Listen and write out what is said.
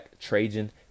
Trajan